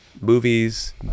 movies